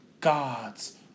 God's